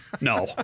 no